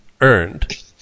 earned